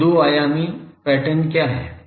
तो दो आयामी पैटर्न क्या है